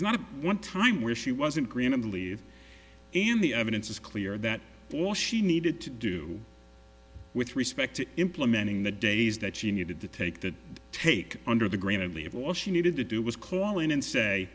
a one time where she wasn't granted leave and the evidence is clear that all she needed to do with respect to implementing the days that she needed to take that take under the green and leave all she needed to do was call in and say